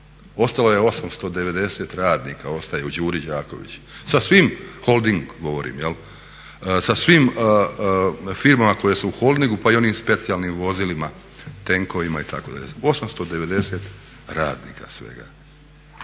Ostalo je 890 radnika, ostaje u Đuri Đakoviću, holding govorim, sa svim firmama koje su u holdingu pa i onim specijalnim vozilima, tenkovima itd. 890 radnika svega.